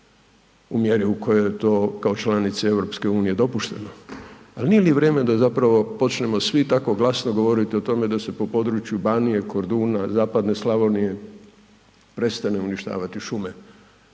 u mjeri u kojoj je to kao članici EU-e dopušteno. Ali, nije li vrijeme da zapravo počnemo svi tako glasno govoriti o tome da se po području Banije, Korduna, zapadne Slavonije prestanu uništavati šume